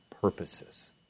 purposes